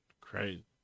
crazy